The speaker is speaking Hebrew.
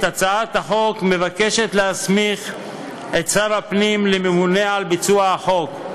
הצעת החוק מבקשת להסמיך את שר הפנים לממונה על ביצוע החוק.